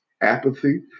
apathy